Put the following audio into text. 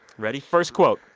ready? first quote,